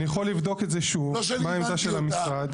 אני יכול לבדוק את זה שוב, מה העמדה של המשרד.